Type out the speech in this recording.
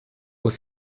aux